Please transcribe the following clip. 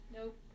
Nope